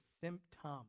symptom